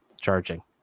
charging